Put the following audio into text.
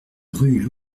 rue